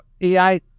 AI